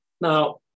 Now